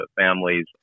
families